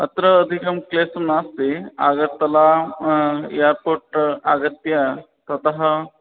अत्र अधिकः क्लेशः नास्ति आगर्तला ऐर्पोट् आगत्य ततः